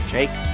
Jake